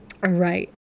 right